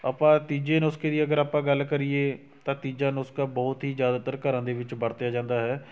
ਆਪਾਂ ਤੀਜੇ ਨੁਸਖੇ ਦੀ ਅਗਰ ਆਪਾਂ ਗੱਲ ਕਰੀਏ ਤਾਂ ਤੀਜਾ ਨੁਸਖਾ ਬਹੁਤ ਹੀ ਜ਼ਿਆਦਾਤਰ ਘਰਾਂ ਦੇ ਵਿੱਚ ਵਰਤਿਆ ਜਾਂਦਾ ਹੈ